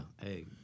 hey